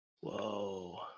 Whoa